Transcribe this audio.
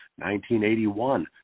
1981